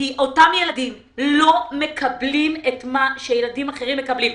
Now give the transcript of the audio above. כי אותם ילדים לא מקבלים את מה שמקבלים ילדים אחרים.